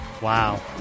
Wow